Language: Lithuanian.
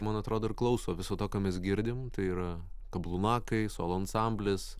man atrodo ir klauso viso to ką mes girdim tai yra kablumakai solo ansamblis